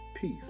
peace